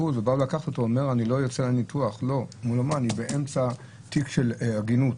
באו לקחת אותו והוא סירב לצאת לניתוח כי הוא היה באמצע תיק של עגינות.